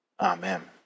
Amen